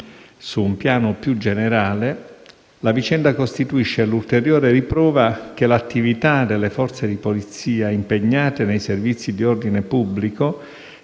Su un piano più generale, la vicenda costituisce l'ulteriore riprova che l'attività delle Forze di polizia impegnate nei servizi di ordine pubblico